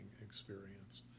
experience